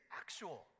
actual